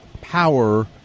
power